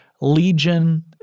Legion